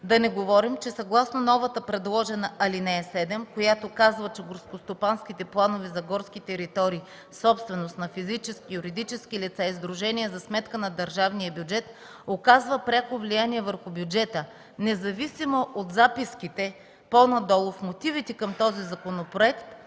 Да не говорим, че съгласно новата предложена ал. 7, която казва, че горскостопанските планове за горски територии, собственост на физически, юридически лица и сдружения за сметка на държавния бюджет, оказва пряко влияние върху бюджета, независимо от записките по-надолу в мотивите към този законопроект